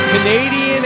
Canadian